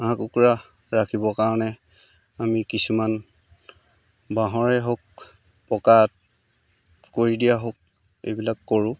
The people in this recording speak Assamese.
হাঁহ কুকুৰা ৰাখিবৰ কাৰণে আমি কিছুমান বাঁহৰে হওক পকাত কৰি দিয়া হওক এইবিলাক কৰোঁ